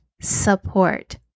support